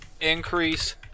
increase